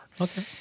Okay